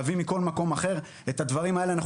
או להביא מכול מקום אחר את הדברים האלה אנחנו